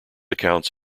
accounts